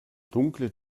dunkle